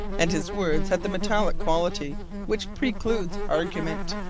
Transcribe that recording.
and his words had the metallic quality which precludes argument.